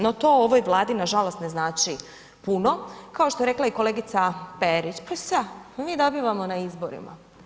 No to ovoj Vladi nažalost ne znači puno kao što je rekla i kolegica Perić, pa šta, mi dobivamo na izborima.